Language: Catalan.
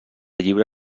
lliure